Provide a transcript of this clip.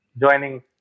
joining